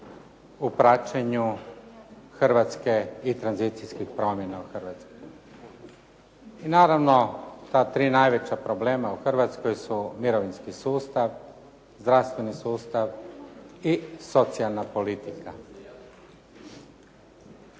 u praćenju Hrvatske i tranzicijskih promjena u Hrvatskoj. I naravno ta tri najveća problema u Hrvatskoj su mirovinski sustav, zdravstveni sustav i socijalna politika.